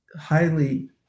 highly